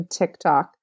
tiktok